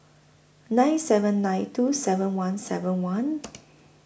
nine seven nine two seven one seven one